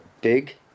big